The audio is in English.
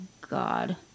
God